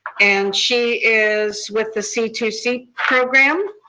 and she is with the c two c program.